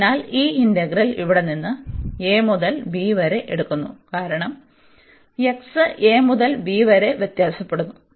അതിനാൽ ഈ ഇന്റഗ്രൽ ഇവിടെ നിന്ന് a മുതൽ b വരെ എടുക്കുന്നു കാരണം x a മുതൽ b വരെ വ്യത്യാസപ്പെടുന്നു